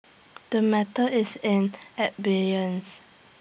the matter is in abeyance